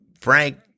Frank